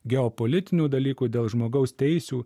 geopolitinių dalykų dėl žmogaus teisių